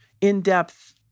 in-depth